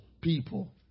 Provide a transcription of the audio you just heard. people